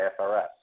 IFRS